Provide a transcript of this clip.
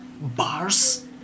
bars